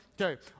Okay